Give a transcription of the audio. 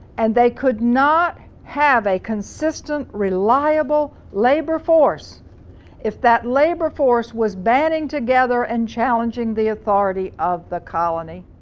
and they could not have a consistent, reliable labor force if that labor force was banding together and challenging the authority of the colony.